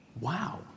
Wow